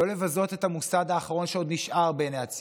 לא לבזות את המוסד האחרון שעוד נשאר בעיני הציבור.